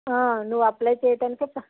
నువ్వు అప్లై చేయటానికి ఒక